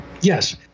Yes